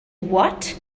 what